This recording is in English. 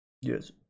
yes